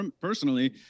personally